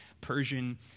Persian